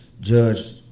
judge